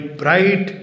bright